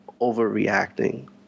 overreacting